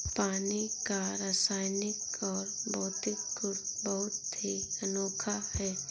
पानी का रासायनिक और भौतिक गुण बहुत ही अनोखा है